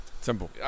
Simple